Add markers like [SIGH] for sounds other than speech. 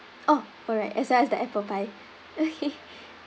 oh oh right as well as the apple pie okay [LAUGHS]